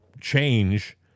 change